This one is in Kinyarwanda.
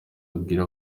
abwira